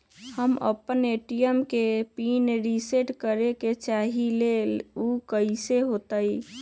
हम अपना ए.टी.एम के पिन रिसेट करे के चाहईले उ कईसे होतई?